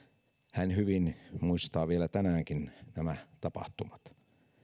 hän muistaa hyvin vielä tänäänkin nämä tapahtumat